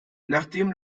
nachdem